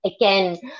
again